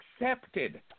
accepted